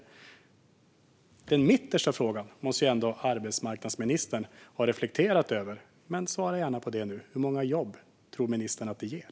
Den mittersta av mina tre frågor som jag ställde i interpellationen måste ändå arbetsmarknadsministern ha reflekterat över. Svara gärna på detta nu: Hur många jobb tror ministern att det ger?